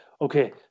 okay